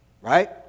Right